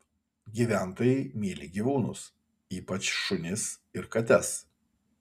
gyventojai myli gyvūnus ypač šunis ir kates